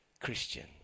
Christian